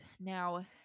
now